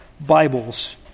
Bibles